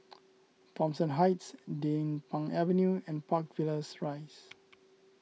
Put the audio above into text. Thomson Heights Din Pang Avenue and Park Villas Rise